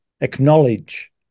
acknowledge